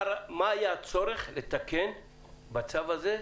מה היה הצורך לתקן בצו הזה,